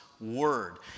word